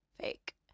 Fake